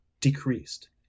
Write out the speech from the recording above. decreased